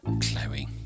Chloe